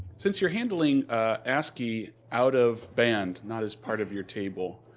since you're handling ascii out of band, not as part of your table,